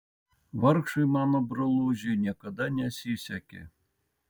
vargšui mano brolužiui niekada nesisekė